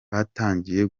batangiye